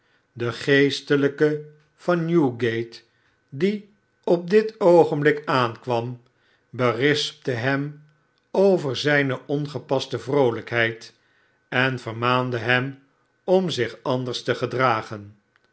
de geestelijke van newgate die op dit oogenblik aankwambenspte hem over zijne ongepaste vroolijkheid en vermaande hem om zich anders te gedragen